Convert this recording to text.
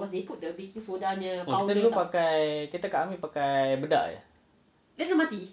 oh kita dulu pakai kita pakai bedak jer